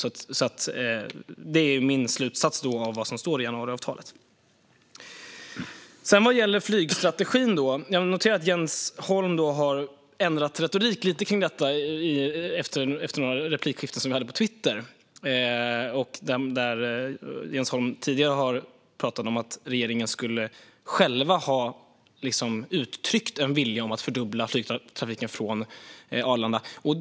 Detta är min slutsats av vad som står i januariavtalet. Sedan gäller det flygstrategin. Jag noterar att Jens Holm har ändrat retoriken lite kring detta efter några replikskiften som vi hade på Twitter. Jens Holm har tidigare pratat om att regeringen själv skulle ha uttryckt en vilja att fördubbla flygtrafiken från Arlanda.